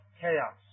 chaos